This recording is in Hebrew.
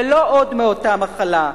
ולא עוד מאותה מחלה.